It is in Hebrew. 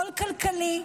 עול כלכלי.